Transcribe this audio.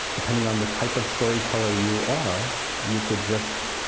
depending on the type of story teller you are, you could just